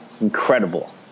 incredible